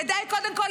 כדאי קודם כול,